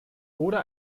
oder